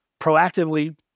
proactively